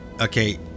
Okay